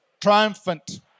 triumphant